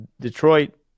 Detroit